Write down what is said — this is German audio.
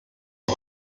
die